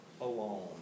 alone